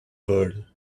world